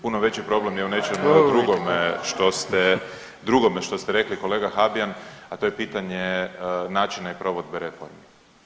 Puno veći problem je u nečemu drugome što ste drugome što ste rekli kolega Habijan, a to je pitanje načina i provedbe reformi.